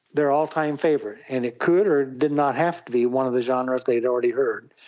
their all-time favourite, and it could or it did not have to be one of the genres they had already heard.